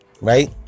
right